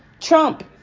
Trump